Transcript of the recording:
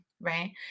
right